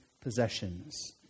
possessions